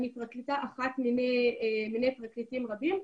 אני פרקליטה אחת מני פרקליטים רבים.